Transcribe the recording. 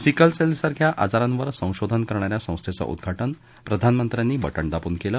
सिकलसेलसारख्या आजारांवर संशोधन करणाऱ्या संस्थेचे उद्घाटन प्रधानमंत्र्यांनी बटन दाबून केले